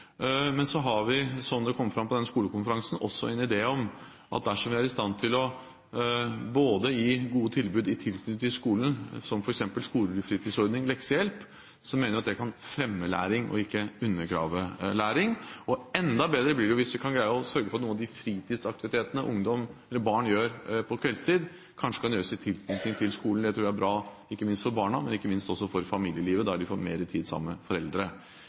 Men så har vi, som det kom fram på skolekonferansen, også en idé om at dersom vi er i stand til å gi gode tilbud i tilknytning til skolen, som f.eks. skolefritidsordning og leksehjelp, kan det fremme læring, og ikke undergrave læring. Enda bedre blir det hvis vi kan greie å sørge for at noen av de fritidsaktivitetene barn og ungdom er med på på kveldstid, kan gjøres i tilknytning til skolen. Det tror jeg er bra for barna og ikke minst for familielivet, for barna får mer tid sammen